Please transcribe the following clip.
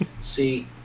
See